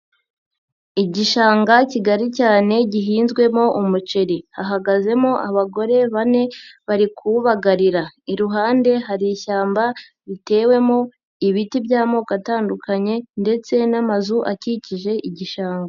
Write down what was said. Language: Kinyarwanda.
Igishanga kigari cyane, gihinzwemo umuceri. Hahagazemo abagore bane bari kuwubagarira. Iruhande hari ishyamba ritewemo ibiti by'amoko atandukanye ndetse n'amazu akikije igishanga.